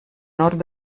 nord